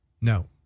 No